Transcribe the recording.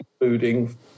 including